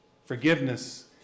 Forgiveness